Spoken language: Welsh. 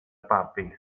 babi